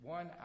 One